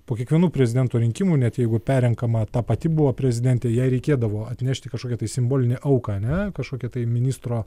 po kiekvienų prezidento rinkimų net jeigu perrenkama ta pati buvo prezidentė jai reikėdavo atnešti kažkokią tai simbolinę auką ane kažkokią tai ministro